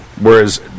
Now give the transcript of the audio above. Whereas